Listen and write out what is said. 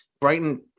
Brighton